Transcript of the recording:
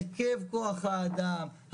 הרכב כוח האדם,